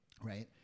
right